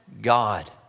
God